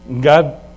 God